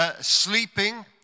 sleeping